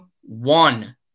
one